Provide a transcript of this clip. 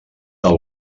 del